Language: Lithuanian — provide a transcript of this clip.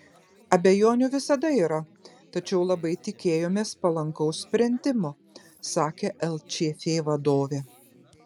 abejonių visada yra tačiau labai tikėjomės palankaus sprendimo sakė lčf vadovė